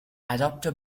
adapter